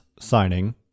signing